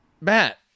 matt